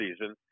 season